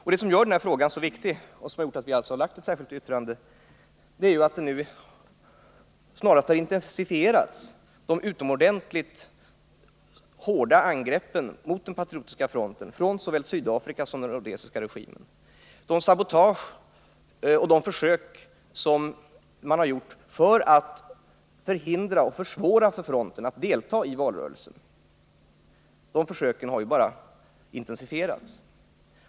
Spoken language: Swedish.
Vad som gör frågan så viktig och som också gör att vi har lagt fram ett särskilt yttrande är att de utomordentligt hårda angreppen mot Patriotiska fronten snarast har intensifierats från såväl Sydafrika som den rhodesiska regimen. Sabotagen och försöken att förhindra och försvåra för fronten att delta i valrörelsen har ökat.